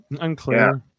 unclear